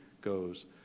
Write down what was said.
goes